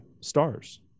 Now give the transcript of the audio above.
stars